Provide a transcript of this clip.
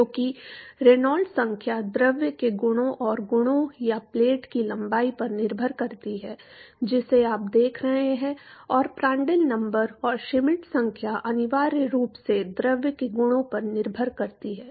क्योंकि रेनॉल्ड्स संख्या द्रव के गुणों और गुणों या प्लेट की लंबाई पर निर्भर करती है जिसे आप देख रहे हैं और प्रांड्ल नंबर और श्मिट संख्या अनिवार्य रूप से द्रव के गुणों पर निर्भर करती है